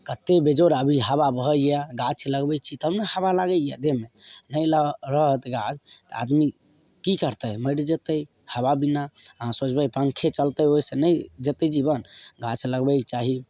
कतेक बेजोड़ अभी हबा बहैये गाछ लगबैत छी तब ने हबा लागैए देहमे नहि रहत गाछ तऽ आदमी की करतै मरि जयतै हबा बिना अहाँ सोचबै पङ्खे चलतै ओहिसँ नहि जेतै जीबन गाछ लगबैके चाही